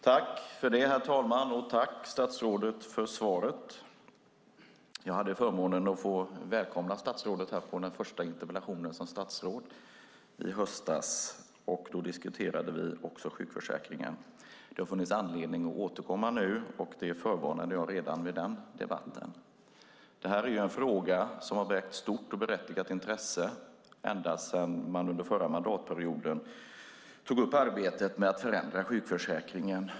Herr talman! Tack, statsrådet, för svaret! Jag hade förmånen att välkomna statsrådet i den första interpellationsdebatten som statsråd i höstas. Då diskuterade vi också sjukförsäkringen. Det har funnits anledning att återkomma nu. Det förvarnade jag redan vid den debatten. Detta är en fråga som har väckt stort och berättigat intresse ända sedan man under förra mandatperioden tog upp arbetet med att förändra sjukförsäkringen.